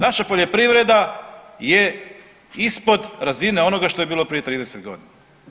Naša poljoprivreda je ispod razine onoga što je bilo prije 30 godina.